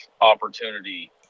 opportunity